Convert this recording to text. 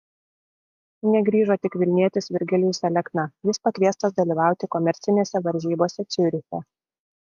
negrįžo tik vilnietis virgilijus alekna jis pakviestas dalyvauti komercinėse varžybose ciuriche